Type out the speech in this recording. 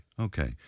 okay